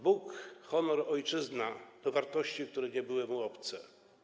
Bóg, honor, ojczyzna - to wartości, które nie były mu obce.